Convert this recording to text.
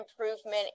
improvement